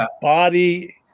body